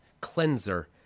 cleanser